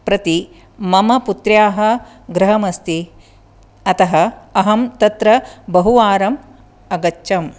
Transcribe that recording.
प्रति मम पुत्र्याः गृहमस्ति अतः अहं तत्र बहुवारम् अगच्छम्